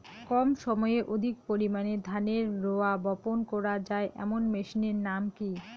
কম সময়ে অধিক পরিমাণে ধানের রোয়া বপন করা য়ায় এমন মেশিনের নাম কি?